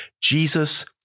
Jesus